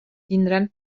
tindran